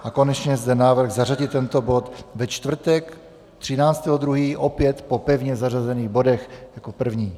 A konečně je zde návrh zařadit tento bod ve čtvrtek 13. 2., opět po pevně zařazených bodech jako první.